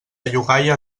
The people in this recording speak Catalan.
llogaia